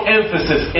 emphasis